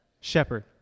shepherd